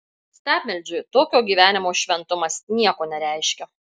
stabmeldžiui tokio gyvenimo šventumas nieko nereiškia